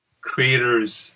creators